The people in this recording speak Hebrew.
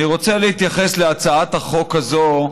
אני רוצה להתייחס להצעת החוק הזאת.